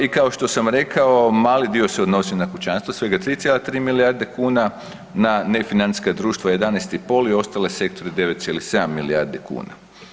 I kao što sam rekao, mali dio se odnosi na kućanstva, svega 3,3 milijarde kuna, na nefinancijska društva 11,5 i ostale sektore 9,7 milijardi kuna.